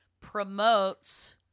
promotes